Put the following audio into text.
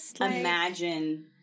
imagine